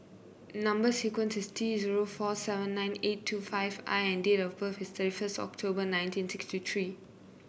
number sequence is T zero four seven nine eight two five I and date of birth is thirty first October nineteen sixty three